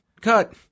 cut